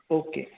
okay